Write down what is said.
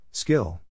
Skill